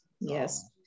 Yes